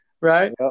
Right